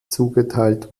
zugeteilt